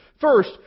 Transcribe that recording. First